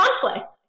conflict